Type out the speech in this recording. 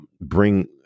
bring